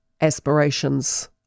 aspirations